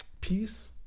peace